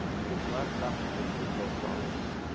it was left up to the two post offices.